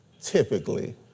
typically